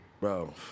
Bro